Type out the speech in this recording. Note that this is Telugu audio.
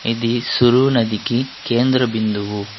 ఇది సురు నదికి కేంద్ర బిందువు